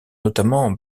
notamment